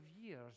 years